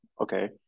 Okay